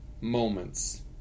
moments